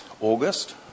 August